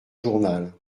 journal